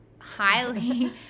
highly